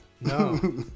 no